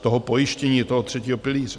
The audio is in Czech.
Toho pojištění, toho třetího pilíře.